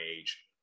age